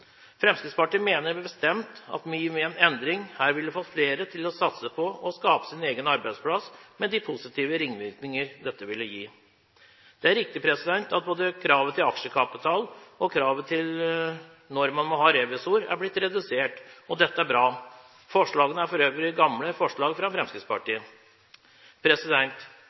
Fremskrittspartiet mener bestemt at vi gjennom en endring her ville fått flere til å satse på å skape sin egne arbeidsplass, med de positive ringvirkninger dette ville gitt. Det er riktig at både kravet til aksjekapital og kravet til når man må ha revisor, er blitt redusert – og dette er bra. Forslagene er for øvrig gamle forslag fra Fremskrittspartiet.